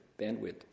bandwidth